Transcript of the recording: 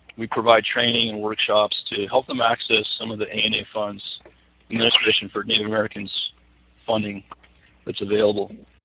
we provide training and workshops to help them access some of the ana funds, the administration for native americans funding that's available.